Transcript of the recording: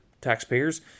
taxpayers